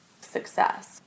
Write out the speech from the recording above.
success